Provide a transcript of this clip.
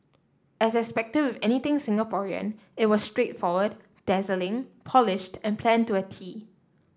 as expected anything Singaporean it was straightforward dazzling polished and planned to a tee